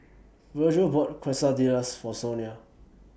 Vergil bought Quesadillas For Sonia